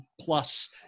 plus